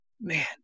Man